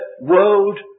world